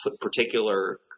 particular